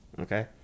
okay